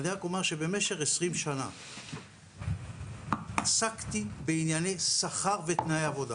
אני רק אומר שבמשך 20 שנה אני עסקתי במשרד החוץ